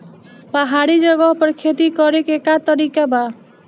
पहाड़ी जगह पर खेती करे के का तरीका बा?